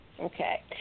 Okay